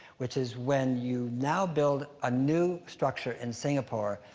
which is when you now build a new structure in singapore,